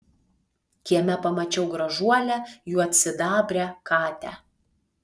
kieme pamačiau gražuolę juodsidabrę katę